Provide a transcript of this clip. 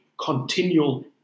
continual